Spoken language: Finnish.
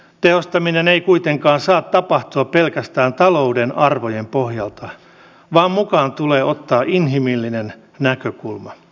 tehostaminen ei kuitenkaan saa tapahtua pelkästään talouden arvojen pohjalta vaan mukaan tulee ottaa inhimillinen näkökulma